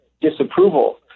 disapproval